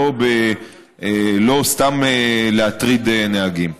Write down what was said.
ולא סתם להטריד נהגים.